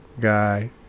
guy